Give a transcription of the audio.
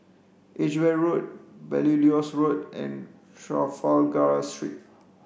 Edgware Road Belilios Road and Trafalgar Street